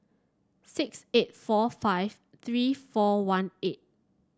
six eight four five three four one eight